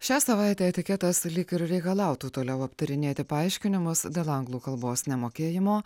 šią savaitę etiketas lyg ir reikalautų toliau aptarinėti paaiškinimus dėl anglų kalbos nemokėjimo